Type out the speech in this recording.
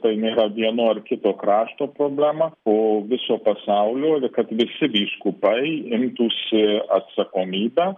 tai nėra vieno ar kito krašto problema o viso pasaulio kad visi vyskupai imtųsi atsakomybę